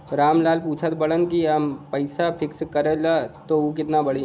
राम लाल पूछत बड़न की अगर हम पैसा फिक्स करीला त ऊ कितना बड़ी?